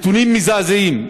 עבודה חדשים.